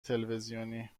تلویزیونی